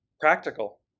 practical